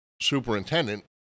superintendent